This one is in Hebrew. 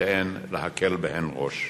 שאין להקל בהן ראש.